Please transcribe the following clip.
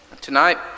Tonight